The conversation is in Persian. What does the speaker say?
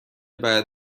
بعد